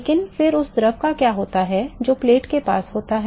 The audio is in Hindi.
लेकिन फिर उस द्रव का क्या होता है जो प्लेट के पास होता है